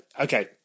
okay